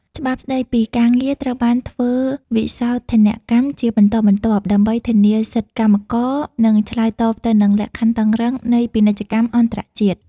ច្បាប់ស្ដីពីការងារត្រូវបានធ្វើវិសោធនកម្មជាបន្តបន្ទាប់ ដើម្បីធានាសិទ្ធិកម្មករ និងឆ្លើយតបទៅនឹងលក្ខខណ្ឌតឹងរ៉ឹងនៃពាណិជ្ជកម្មអន្តរជាតិ។